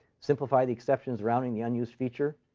simplify the exceptions, rounding, the unused feature.